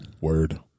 Word